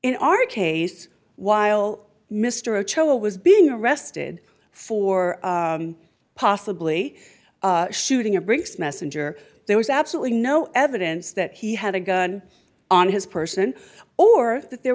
in our case while mr a cho was being arrested for possibly shooting a brinks messenger there was absolutely no evidence that he had a gun on his person or that there